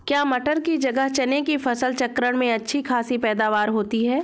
क्या मटर की जगह चने की फसल चक्रण में अच्छी खासी पैदावार होती है?